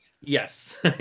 Yes